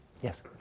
Yes